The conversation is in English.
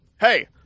hey